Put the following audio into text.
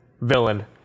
villain